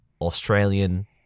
Australian